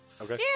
Okay